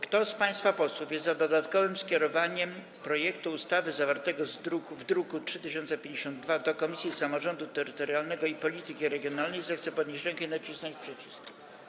Kto z państwa posłów jest za dodatkowym skierowaniem projektu ustawy zawartego w druku nr 3052 do Komisji Samorządu Terytorialnego i Polityki Regionalnej, zechce podnieść rękę i nacisnąć przycisk.